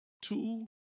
two